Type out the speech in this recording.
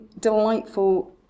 delightful